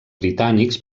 britànics